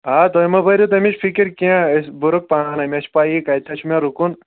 آ تُہۍ مہٕ بٔرِو تَمِچ فِکِر کیٚنٛہہ أسۍ بوٚرُکھ پانے مےٚ چھِ پایی کَتھیس چھُ مےٚ رُکُن